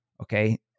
Okay